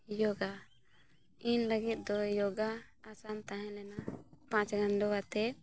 ᱡᱳᱜᱟ ᱤᱧ ᱞᱟᱹᱜᱤᱫ ᱫᱚ ᱡᱳᱜᱟ ᱟᱥᱟᱱ ᱛᱟᱦᱮᱸ ᱞᱮᱱᱟ ᱯᱟᱴ ᱜᱟᱸᱰᱳ ᱠᱟᱛᱮᱫ